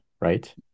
right